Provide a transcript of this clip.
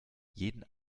jeden